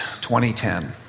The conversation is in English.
2010